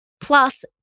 Plus